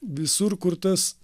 visur kur tas